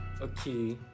Okay